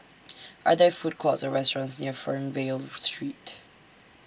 Are There Food Courts Or restaurants near Fernvale Street